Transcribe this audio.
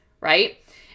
right